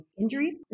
injury